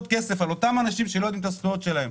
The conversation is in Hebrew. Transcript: כסף על אותם אנשים שלא יודעים את הזכויות שלהם,